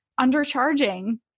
undercharging